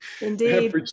Indeed